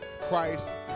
Christ